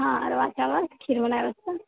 हँ अरबा चावल खीर बनावै कऽ